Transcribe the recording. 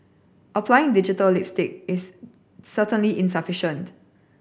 applying digital lipstick is certainly insufficient